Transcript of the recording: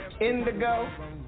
indigo